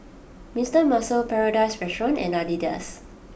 Mister Muscle Paradise Restaurant and Adidas